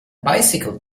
bicycle